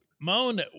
Moan